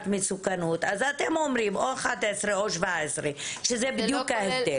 מסוכנות אז אתם אומרים 11 או 17 כשזה בדיוק ההבדל.